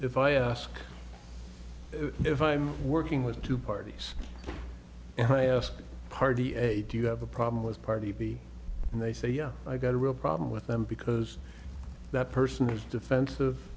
if i ask if i'm working with two parties and i ask party a do you have a problem with party b and they say yeah i've got a real problem with them because that person is defensive